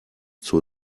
zur